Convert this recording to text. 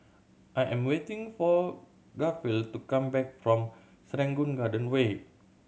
I am waiting for Garfield to come back from Serangoon Garden Way